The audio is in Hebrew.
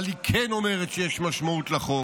אבל היא כן אומרת שיש משמעות לחוק